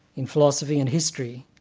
in philosophy and history,